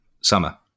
Summer